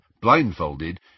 blindfolded